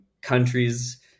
countries